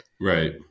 Right